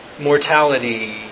mortality